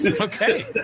Okay